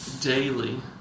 daily